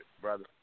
brother